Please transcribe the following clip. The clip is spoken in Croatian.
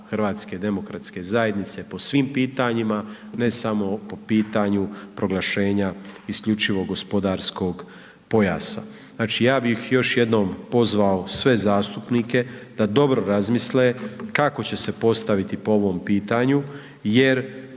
jedan nekonzistentan stav HDZ-a po svim pitanjima, ne samo po pitanju proglašenja isključivog gospodarskog pojasa. Znači ja bih još jednom pozvao sve zastupnike da dobro razmisle kako će se postaviti po ovom pitanju jer